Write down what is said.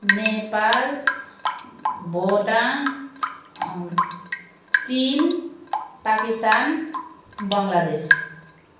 नेपाल भोटाङ चिन पाकिस्तान बङ्ग्लादेश